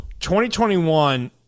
2021